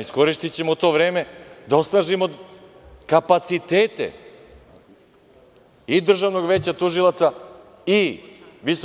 Iskoristićemo to vreme da osnažimo kapacitete i Državnog veća tužilaca i VSS,